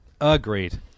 Agreed